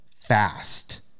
fast